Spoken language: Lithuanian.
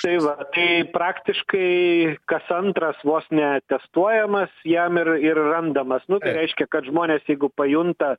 tai va tai praktiškai kas antras vos ne testuojamas jam ir ir randamas nu tai reiškia kad žmonės jeigu pajunta